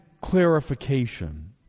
clarification